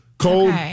Cold